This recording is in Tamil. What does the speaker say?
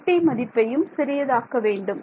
Δt மதிப்பையும் சிறிய தாக்க வேண்டும்